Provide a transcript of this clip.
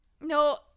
no